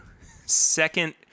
second